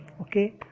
Okay